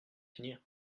finir